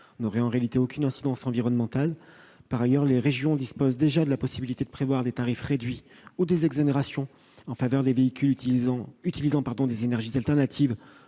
n'aurait en réalité aucune incidence environnementale. Par ailleurs, les régions peuvent déjà prévoir des tarifs réduits ou des exonérations en faveur des véhicules utilisant des énergies alternatives